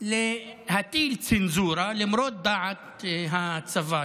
להטיל צנזורה למרות דעת הצבא,